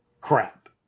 crap